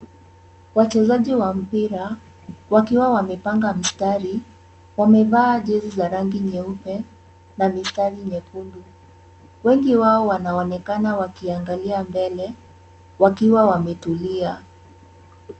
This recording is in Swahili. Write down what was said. Wachezaji wa mpira wakiwa wamepanga mstari, wamevaa jezi za rangi nyeupe na mistari nyekundu. Wengi wao wanaonekana wakiangalia mbele, wakiwa wametulia.